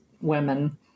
women